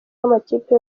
amakipe